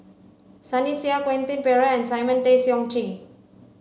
Sunny Sia Quentin Pereira and Simon Tay Seong Chee